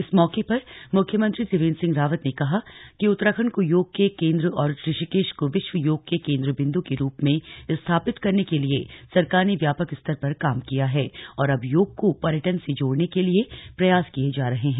इस मौके पर मुख्यमंत्री त्रिवेन्द्र सिंह रावत ने कहा कि उत्तराखंड को योग के केंद्र और ऋषिकेश को विश्व योग के केंद्र बिंदु के रुप में स्थापित करने के लिए सरकार ने व्यापक स्तर पर काम किया है और अब योग को पर्यटन से जोड़ने के लिये प्रयास किये जा रहे हैं